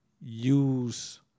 use